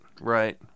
right